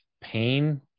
pain